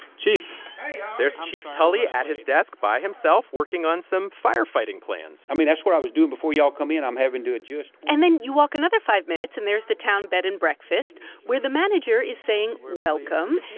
chief hey, how are you? there's chief tully at his desk by himself working on some firefighting plans i mean, that's what i was doing before y'all come in. i'm having to adjust and then you walk another five minutes, and there's the town bed and breakfast where the manager is saying welcome,